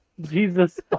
jesus